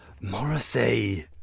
Morrissey